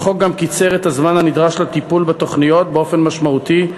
החוק גם קיצר את הזמן הנדרש לטיפול בתוכניות באופן משמעותי: